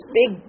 big